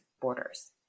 borders